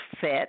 fit